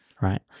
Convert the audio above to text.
right